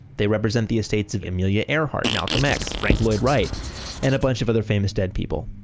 they represent the estates of amelia earhart, malcolm x, frank lloyd wright and a bunch of other famous dead people.